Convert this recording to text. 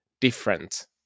different